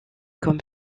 comme